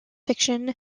fiction